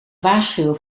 waarschuwen